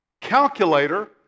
Calculator